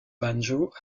banjo